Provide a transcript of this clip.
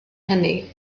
hynny